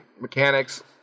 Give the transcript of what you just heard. mechanics